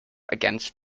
against